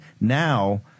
Now